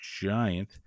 Giant